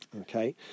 okay